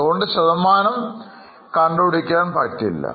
അതുകൊണ്ട്ശതമാനം കണ്ടുപിടിക്കാൻ പറ്റില്ല